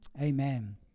amen